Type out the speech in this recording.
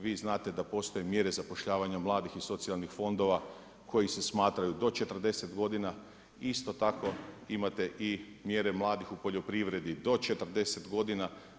Vi znate da postoje mjere zapošljavanja mladih i socijalnih fondova koji se smatraju do 40 godina, isto tako imate i mjere mladih u poljoprivredi do 40 godina.